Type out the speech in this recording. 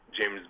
James